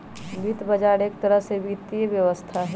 वित्त बजार एक तरह से वित्तीय व्यवस्था हई